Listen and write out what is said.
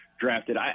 drafted